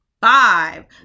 five